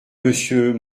monsieur